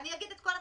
מה זה מס רכישה?